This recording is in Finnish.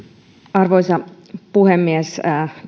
arvoisa puhemies